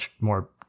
more